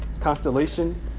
constellation